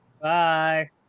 Bye